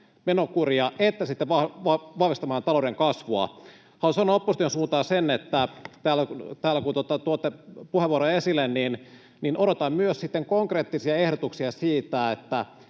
menokuria että vahvistamaan talouden kasvua. Haluan sanoa opposition suuntaan sen, että kun täällä tuotte puheenvuoroja esille, niin odotan myös konkreettisia ehdotuksia siitä, miten